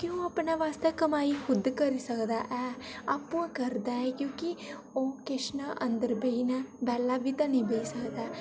ओह् अपने वास्तै कमाई खुद करी सकदा ऐ आपूं ई करदा ऐ क्योंकी ओह् किश न अंदर बौह्ना बैह्ला बी ते नेईं बेही सकदा ऐ